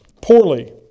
poorly